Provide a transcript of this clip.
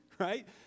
right